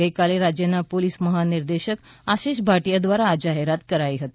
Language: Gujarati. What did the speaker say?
ગઇકાલે રાજયના પોલીસ મહાનિર્દેશક આશિષ ભાટીયા ધ્વારા આ જાહેરાત કરાઇ હતી